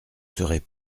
serez